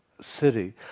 city